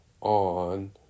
on